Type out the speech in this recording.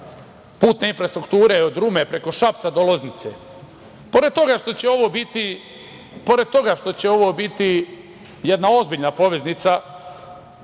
putne infrastrukture od Rume preko Šapca do Loznice. Pored toga što će ovo biti jedna ozbiljna poveznica